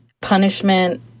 punishment